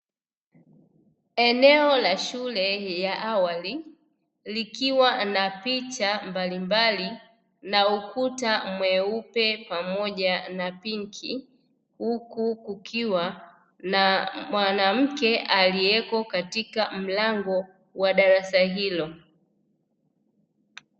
Eneo la shule la awali, likiwa na picha mbalimbali na ukuta mweupe pamoja na pinki, huku kukiwa na mwanamke aliyeko katika mlango wa darasa hilo.